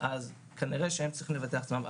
אז כנראה שהם צריכים לבטח את עצמם.